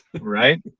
Right